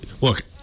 look